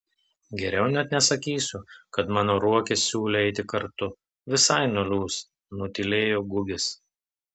geriau net nesakysiu kad man ruokis siūlė eiti kartu visai nuliūs nutylėjo gugis